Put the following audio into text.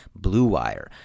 BLUEWIRE